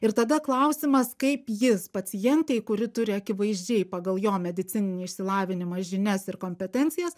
ir tada klausimas kaip jis pacientei kuri turi akivaizdžiai pagal jo medicininį išsilavinimą žinias ir kompetencijas